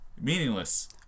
meaningless